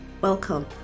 welcome